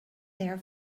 there